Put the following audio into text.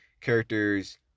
characters